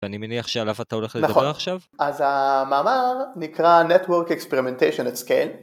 ואני מניח שעליו אתה הולך לדבר עכשיו? אז המאמר נקרא Network Experimentation at Scale